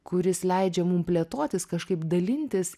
kuris leidžia mum plėtotis kažkaip dalintis